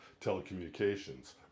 telecommunications